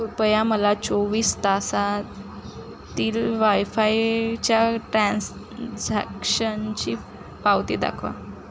कृपया मला चोवीस तासातील वायफायच्या ट्रान्झॅक्शनची पावती दाखवा